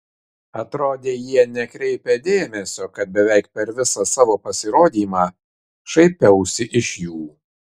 atrodė jie nekreipia dėmesio kad beveik per visą savo pasirodymą šaipiausi iš jų